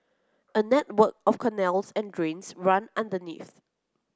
a network of canals and drains run underneath